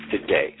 today